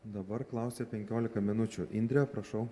dabar klausia penkiolika minučių indre prašau